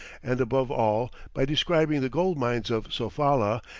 and above all, by describing the gold-mines of sofala,